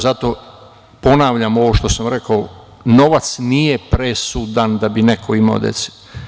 Zato ponavljam ovo što sam rekao - novac nije presudan da bi neko imao dece.